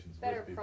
better